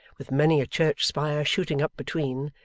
with many a church-spire shooting up between,